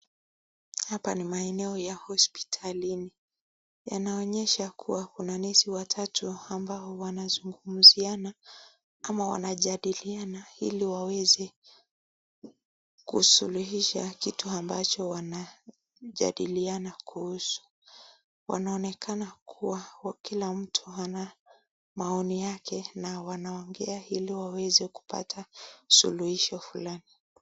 Hapa ni maeneo ya hospitalini yanaonyesha kuwa kuna nurse watatu ambao wanazungumziana ama wanajadiliana ili waweze kusuluhisha kitu ambacho wanajadiliana kuhusu wanaonekana kuwa kila mtu ana maoni yake na wanaongea ili waweze kupata suluhisho fulani.